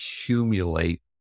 accumulate